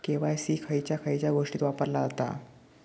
KYC खयच्या खयच्या गोष्टीत वापरला जाता?